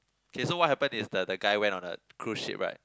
okay so what happened is the the guy went on a cruise ship right